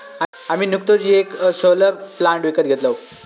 आम्ही नुकतोच येक सोलर प्लांट विकत घेतलव